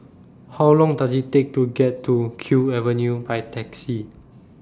How Long Does IT Take to get to Kew Avenue By Taxi